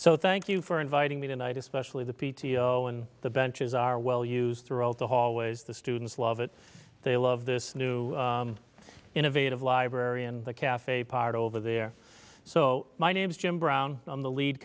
so thank you for inviting me tonight especially the p t o and the benches are well used throughout the hallways the students love it they love this new innovative library and the cafe part over there so my name's jim brown on the lead